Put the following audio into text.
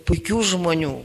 puikių žmonių